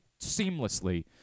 seamlessly